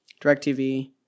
DirecTV